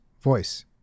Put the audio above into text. Voice